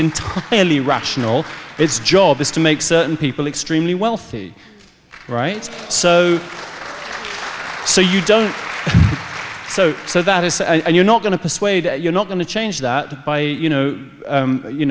entirely rational it's job is to make certain people extremely wealthy right so so you don't so so that is you're not going to persuade you're not going to change that by you know